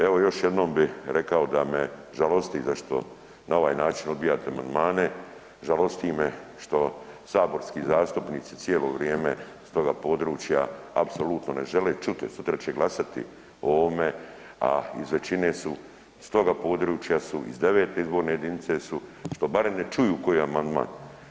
Evo još jednom bi rekao da me žalosti zašto na ovaj način odbijate amandmane, žalosti me što saborski zastupnici cijelo vrijeme s toga područja apsolutno ne žele čuti, sutra će glasati o ovome, a iz većine su s toga područja iz 9. izborne jedinice su, što barem ne čuju koji amandman.